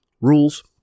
rules